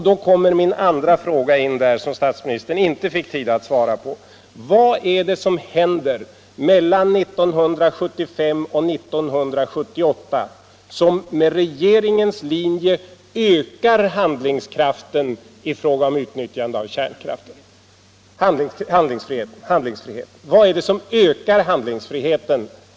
Då kommer min andra fråga, som statsministerns inte fick tid att svara på: Vad är det som mellan 1975 och 1978 med regeringens linje ökar handlingsfriheten i fråga om utnyttjande av kärnkraften?